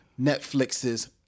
Netflix's